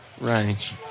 range